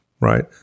Right